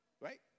Right